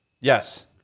Yes